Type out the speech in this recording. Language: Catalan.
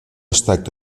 estat